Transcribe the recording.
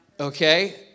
Okay